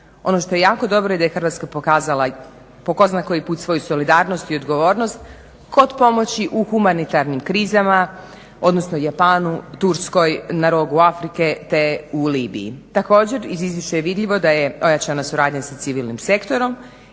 Ono što je jako dobro je da Hrvatska pokazala po tko zna koji put svoju solidarnost i odgovornost kod pomoći u humanitarnim krizama, odnosno Japanu, Turskoj na Rogu Afrike te Libiji. Također iz izvješća je vidljivo da je ojačana suradnja sa civilnim sektorom